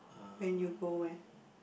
when you go where